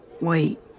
Wait